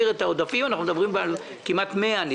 העודפים אנחנו מדברים על כמעט 100 העברות,